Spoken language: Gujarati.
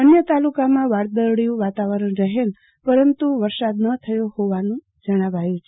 અન્ય તાલુકામાં વાદળીયુ વાતાવરણ રહેલુ પરંતુ વરસાદ ન થયો હોવાનું જણાવાયુ છે